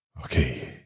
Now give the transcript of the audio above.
Okay